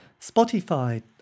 Spotify